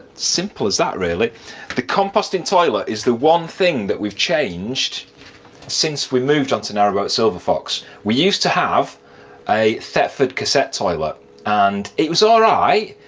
simple as that really. the composting toilet is the one thing that we've changed since we moved onto narrowboat silver fox. we used to have a thetford cassette toilet and it was alright,